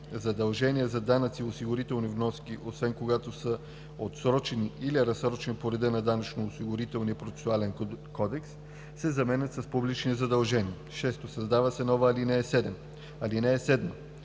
„задължения за данъци и осигурителни вноски, освен когато са отсрочени или разсрочени по реда на Данъчно-осигурителния процесуален кодекс“ се заменят с „публични задължения“. 6. Създава се нова ал. 7: „(7)